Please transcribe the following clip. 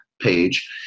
page